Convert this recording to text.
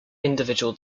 individual